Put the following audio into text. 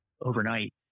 overnight